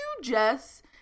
Jess